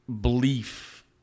belief